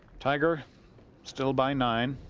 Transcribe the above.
tiger still by nine